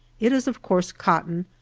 it is of coarse cotton,